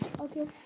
Okay